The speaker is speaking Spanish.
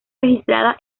registrada